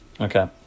okay